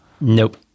Nope